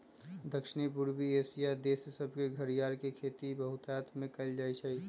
दक्षिण पूर्वी एशिया देश सभमें घरियार के खेती बहुतायत में कएल जाइ छइ